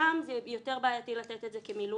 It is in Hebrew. שם זה יותר בעייתי לתת את זה כמילואים,